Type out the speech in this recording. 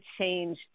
change